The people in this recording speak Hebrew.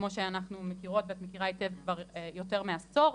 כמו שאנחנו מכירות ואת מכירה היטב כבר יותר מעשור.